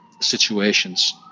situations